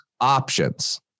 options